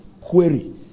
query